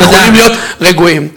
יכולים להיות רגועים.